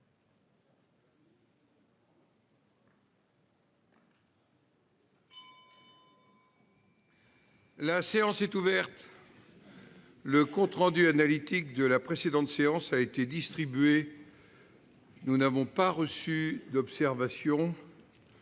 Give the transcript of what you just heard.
La séance est ouverte. Le compte rendu analytique de la précédente séance a été distribué. Il n'y a pas d'observation